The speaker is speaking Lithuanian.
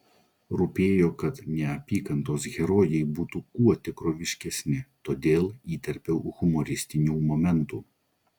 rūpėjo kad neapykantos herojai būtų kuo tikroviškesni todėl įterpiau humoristinių momentų